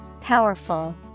Powerful